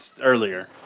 earlier